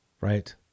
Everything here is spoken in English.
Right